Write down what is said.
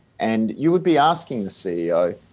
and you would be asking the ceo,